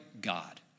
God